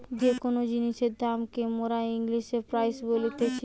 যে কোন জিনিসের দাম কে মোরা ইংলিশে প্রাইস বলতিছি